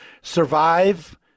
survive